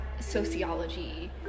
sociology